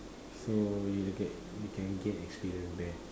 so you get you can get experience there